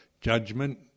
judgment